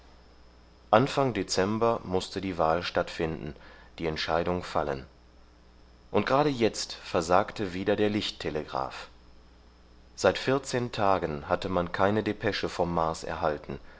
anfang dezember mußte die wahl stattfinden die entscheidung fallen und gerade jetzt versagte wieder der lichttelegraph seit vierzehn tagen hatte man keine depesche vom mars erhalten